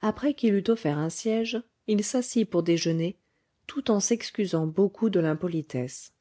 après qu'il eut offert un siège il s'assit pour déjeuner tout en s'excusant beaucoup de l'impolitesse